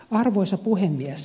arvoisa puhemies